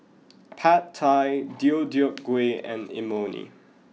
Pad Thai Deodeok Gui and Imoni